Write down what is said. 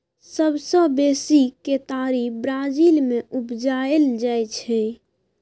सबसँ बेसी केतारी ब्राजील मे उपजाएल जाइ छै